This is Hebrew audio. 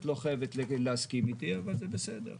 את לא חייבת להסכים איתי, אבל זה בסדר.